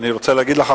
אני רוצה להגיד לך,